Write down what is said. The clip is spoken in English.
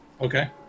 Okay